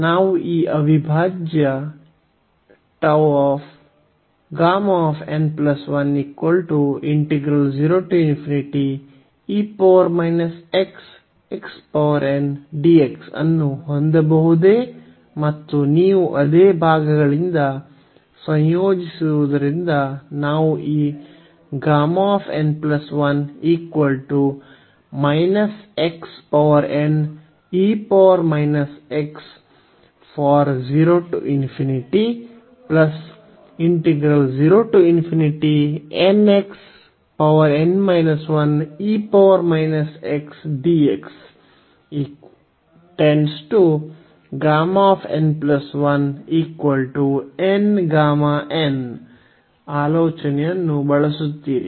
ನಾವು ಈ ಅವಿಭಾಜ್ಯ ಅನ್ನು ಹೊಂದಬಹುದೇ ಮತ್ತು ನೀವು ಅದೇ ಭಾಗಗಳಿಂದ ಸಂಯೋಜಿಸುವುದರಿಂದ ನಾವು ಈ ಆಲೋಚನೆಯನ್ನು ಬಳಸುತ್ತೀರಿ